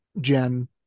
Jen